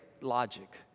logic